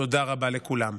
תודה רבה לכולם.